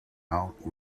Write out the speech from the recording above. out